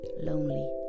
lonely